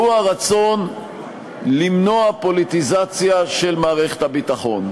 והוא הרצון למנוע פוליטיזציה של מערכת הביטחון,